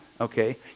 Okay